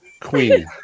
Queen